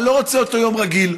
אני לא רוצה אותו יום רגיל.